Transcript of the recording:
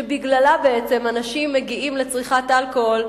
שבגללה בעצם אנשים מגיעים לצריכת אלכוהול,